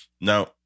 Now